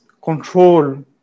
control